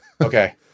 Okay